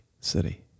City